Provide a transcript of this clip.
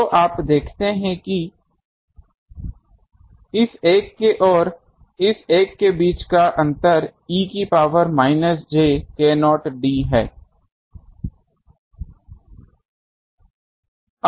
तो आप देखते हैं कि इस एक और इस एक के बीच का अंतर e की power minus j k0 d है